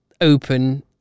open